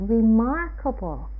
remarkable